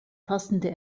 passende